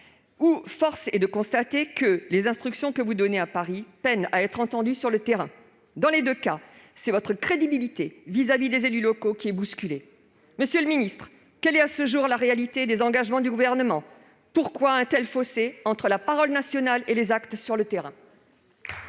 soit force est de constater que les instructions que vous donnez depuis Paris peinent à être entendues sur le terrain. Dans les deux cas, c'est votre crédibilité auprès des élus locaux qui est bousculée. Monsieur le ministre, quelle est à ce jour la réalité des engagements du Gouvernement ? Pourquoi un tel fossé entre la parole nationale et les actes sur le terrain ?